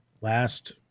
last